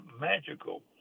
magical